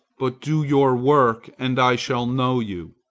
but do your work, and i shall know you.